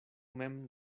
mem